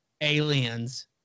aliens